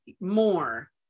more